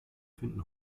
finden